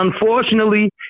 unfortunately